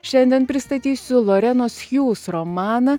šiandien pristatysiu lorenos hjuz romaną